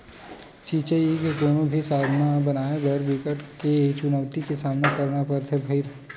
सिचई के कोनो भी साधन बनाए बर बिकट के चुनउती के सामना करना परथे भइर